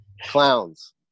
clowns